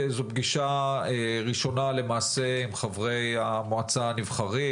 זו פגישה ראשונה למעשה עם חברי המועצה הנבחרים,